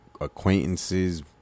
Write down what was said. acquaintances